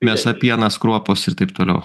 mėsa pienas kruopos ir taip toliau